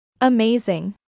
Amazing